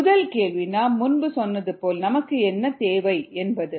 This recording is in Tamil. முதல் கேள்வி நாம் முன்பு சொன்னது போல் நமக்கு என்ன தேவை என்பது